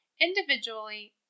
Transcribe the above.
Individually